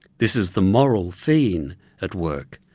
this is the moral phene at work,